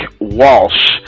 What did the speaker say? Walsh